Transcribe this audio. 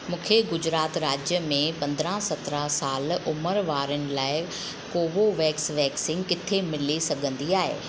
मूंखे गुजरात राज्य में पंद्रहं सतरहं साल उमिरि वारनि लाइ कोवोवेक्स वैक्सीन किथे मिली सघंदी आहे